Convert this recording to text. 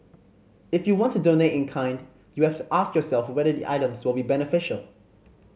if you want to donate in kind you have to ask yourself whether the items will be beneficial